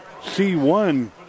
C1